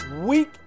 week